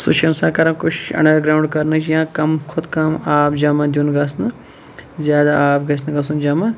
سُہ چھُ اِنسان کَران کوٗشِش اَڈَر گراوُنٛڈ کَرنٕچ یا کَم کھوتہٕ کَم آب جَمَع دیُن گَژھنہٕ زیادٕ آب گَژھنہٕ گَژھُن جَمَع